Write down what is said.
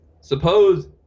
suppose